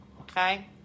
okay